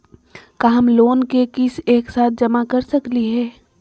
का हम लोन के किस्त एक साथ जमा कर सकली हे?